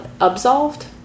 Absolved